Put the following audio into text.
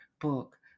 book